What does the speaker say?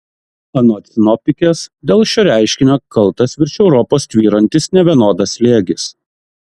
anot sinoptikės dėl šio reiškinio kaltas virš europos tvyrantis nevienodas slėgis